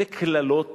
וקללות